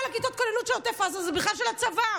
כל כיתות הכוננות של עוטף עזה זה בכלל של הצבא.